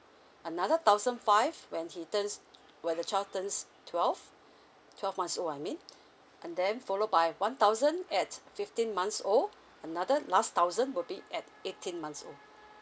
another thousand five when he turns when the child turns twelve twelve months old I mean and then followed by one thousand at fifteen months old another last thousand will be at eighteen months old